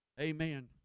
Amen